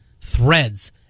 threads